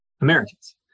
Americans